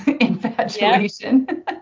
infatuation